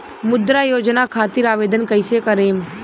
मुद्रा योजना खातिर आवेदन कईसे करेम?